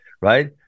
right